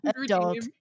adult-